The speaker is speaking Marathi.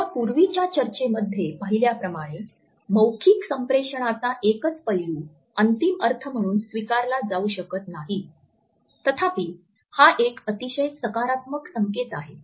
आमच्या पूर्वीच्या चर्चेमध्ये पाहिल्याप्रमाणे मौखिक संप्रेषणाचा एकच पैलू अंतिम अर्थ म्हणून स्वीकारला जाऊ शकत नाही तथापि हा एक अतिशय सकारात्मक संकेत आहे